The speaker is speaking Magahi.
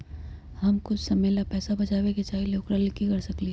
हम कुछ समय ला पैसा बचाबे के चाहईले ओकरा ला की कर सकली ह?